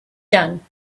done